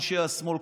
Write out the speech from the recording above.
אנשי השמאל,